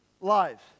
lives